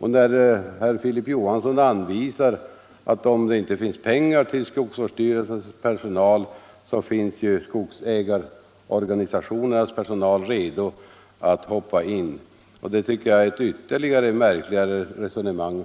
Herr Johansson i Holmgården påpekar att om det inte finns pengar till att hålla en skogsvårdsstyrelse med personal, är skogsägarorganisationens personal redo att hoppa in. Det tycker jag är ett ännu märkligare resonemang.